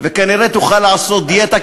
וכנראה תוכל לעשות דיאטה,